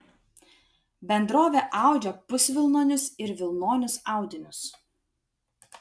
bendrovė audžia pusvilnonius ir vilnonius audinius